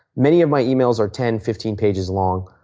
many of my emails are ten, fifteen pages long.